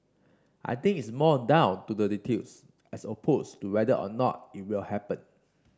I think it's more down to the details as opposed to whether or not it will happen